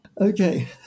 Okay